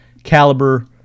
caliber